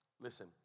Listen